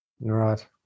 Right